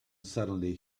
suddenly